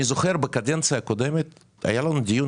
אני זוכר בקדנציה הקודמת היה לנו דיון,